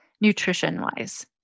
nutrition-wise